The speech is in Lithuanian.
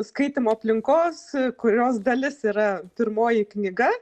skaitymo aplinkos kurios dalis yra pirmoji knyga